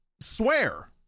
swear